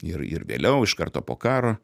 ir ir vėliau iš karto po karo